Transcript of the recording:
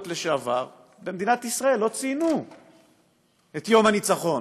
לשעבר לא ציינו במדינת ישראל את יום הניצחון